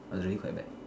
it was really quite bad